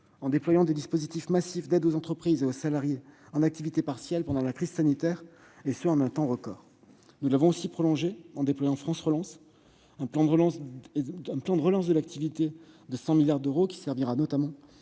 en octroyant des aides massives aux entreprises et aux salariés en activité partielle durant la crise sanitaire, et ce en un temps record. Nous l'avons prolongée en déployant France Relance, un plan de relance de l'activité inédit de 100 milliards d'euros, qui servira notamment